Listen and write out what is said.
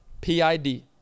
P-I-D